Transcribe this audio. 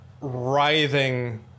writhing